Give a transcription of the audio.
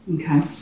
Okay